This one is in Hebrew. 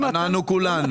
התחננו כולנו.